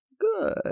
Good